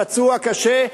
פצוע קשה.